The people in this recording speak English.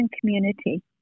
community